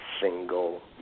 single